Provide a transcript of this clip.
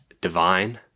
Divine